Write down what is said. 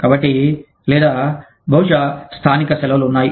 కాబట్టి లేదా బహుశా స్థానిక సెలవులు ఉన్నాయి